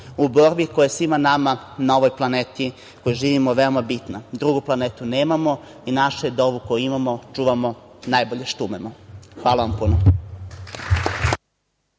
u borbi koja svima nama, na ovoj planeti, na kojoj živimo, je veoma bitna, drugu planetu nemamo, i naše je da ovu koju imamo, čuvamo najbolje što umemo. Hvala vam puno.